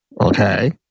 Okay